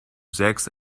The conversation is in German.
sägst